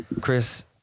Chris